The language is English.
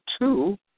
two